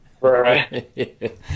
Right